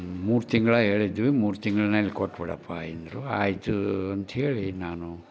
ಮೂರು ತಿಂಗ್ಳು ಹೇಳಿದ್ವಿ ಮೂರು ತಿಂಗ್ಳನಲ್ಲಿ ಕೊಟ್ಟುಬಿಡಪ್ಪ ಆಯ್ ಅಂದರು ಆಯ್ತು ಅಂತಹೇಳಿ ನಾನು